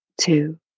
two